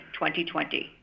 2020